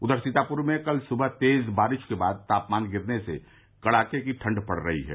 उधर सीतापुर में कल सुबह तेज़ बारिश के बाद तापमान गिरने से कड़ाके की ठंड पड़ रही है